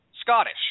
Scottish